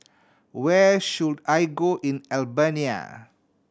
where should I go in Albania